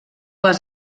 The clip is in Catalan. les